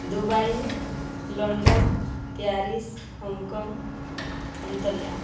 Dubai London Paris Hong Kong